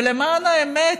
ולמען האמת,